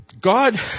God